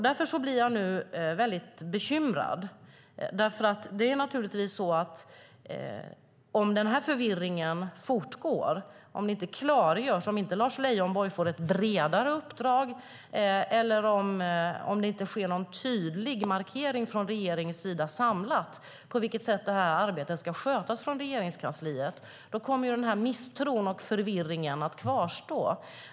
Därför blir jag nu väldigt bekymrad. Om Lars Leijonborg inte får ett bredare uppdrag eller om det inte sker en tydlig markering från regeringens sida, samlat, på vilket sätt detta arbete ska skötas från Regeringskansliet är det naturligtvis så att misstron och förvirringen kommer att kvarstå.